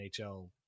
NHL –